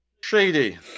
shady